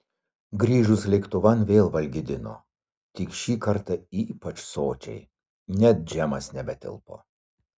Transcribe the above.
grįžus lėktuvan vėl valgydino tik šį kartą ypač sočiai net džemas nebetilpo